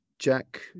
Jack